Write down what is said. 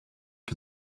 for